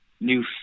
new